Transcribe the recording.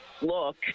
look